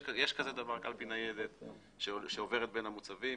יש קלפי ניידת שעוברת בין המוצבים